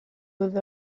with